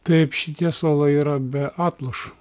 taip šitie suolai yra be atlošo